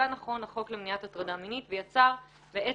החוק למניעת הטרדה מינית עשה נכון ויצר אחריות